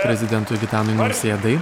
prezidentui gitanui nausėdai